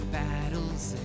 battles